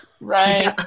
Right